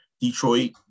Detroit